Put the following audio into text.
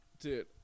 Dude